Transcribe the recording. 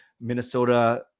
Minnesota